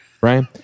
Right